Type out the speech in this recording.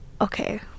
Okay